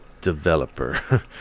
developer